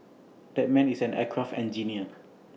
that man is an aircraft engineer